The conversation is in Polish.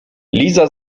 liza